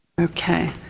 okay